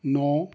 ਨੌ